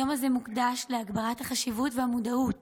היום הזה מוקדש להגברת החשיבות והמודעות